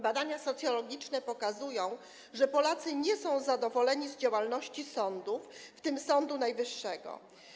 Badania socjologiczne pokazują, że Polacy nie są zadowoleni z działalności sądów, w tym Sądu Najwyższego.